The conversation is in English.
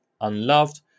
unloved